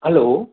hello